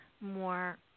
more